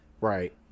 Right